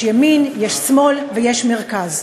יש ימין, יש שמאל ויש מרכז,